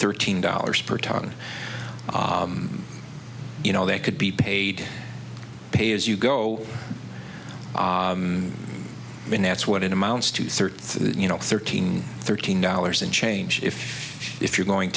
thirteen dollars per ton you know that could be paid pay as you go i mean that's what it amounts to thirty you know thirteen thirteen dollars and change if if you're going